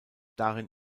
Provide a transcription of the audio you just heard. darin